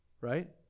right